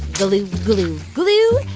glue, glue, glue.